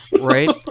Right